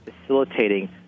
facilitating